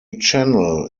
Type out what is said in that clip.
channel